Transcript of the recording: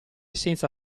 senza